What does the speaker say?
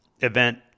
event